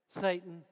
Satan